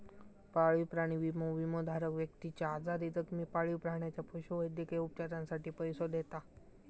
पाळीव प्राणी विमो, विमोधारक व्यक्तीच्यो आजारी, जखमी पाळीव प्राण्याच्या पशुवैद्यकीय उपचारांसाठी पैसो देता